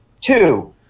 two